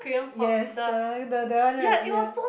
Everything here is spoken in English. yes the the the one right ya